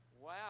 Wow